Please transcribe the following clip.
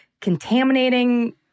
contaminating